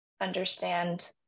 understand